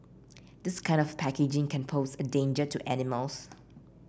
this kind of packaging can pose a danger to animals